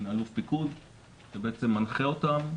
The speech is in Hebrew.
מין אלוף פיקוד שבעצם מנחה אותם.